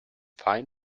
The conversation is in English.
fine